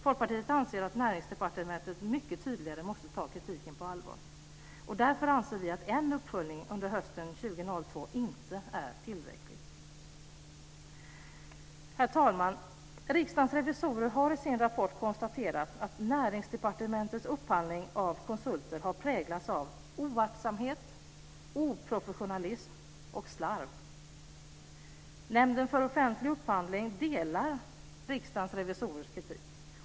Folkpartiet anser att Näringsdepartementet mycket tydligare måste ta kritiken på allvar. Därför anser vi att det inte är tillräckligt med en uppföljning under hösten 2002. Herr talman! Riksdagens revisorer har i sin rapport konstaterat att Näringsdepartementets upphandling av konsulter har präglats av oaktsamhet, oprofessionalism och slarv. Nämnden för offentlig upphandling instämmer i Riksdagens revisorers kritik.